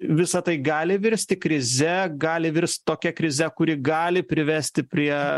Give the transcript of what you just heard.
visa tai gali virsti krize gali virst tokia krize kuri gali privesti prie